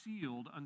sealed